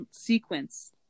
sequence